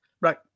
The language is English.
Right